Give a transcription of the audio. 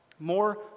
More